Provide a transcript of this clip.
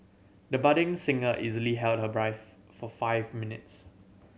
the budding singer easily held her breath for five minutes